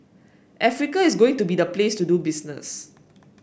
Africa is going to be the place to do business